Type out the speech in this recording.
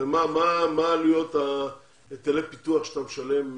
מה העלויות היטלי הפיתוח שאתה משלם לעירייה?